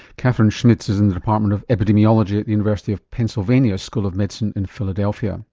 kathryn schmitz is in the department of epidemiology at the university of pennsylvania, school of medicine in philadelphia.